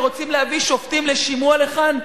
שרוצים להביא שופטים לשימוע לכאן.